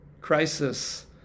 crisis